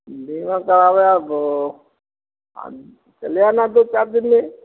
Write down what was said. बीमा करवाने को चले आना दो चार दिन में